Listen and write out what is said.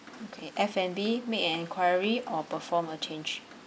okay F and B make an enquiry or perform a change